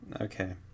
Okay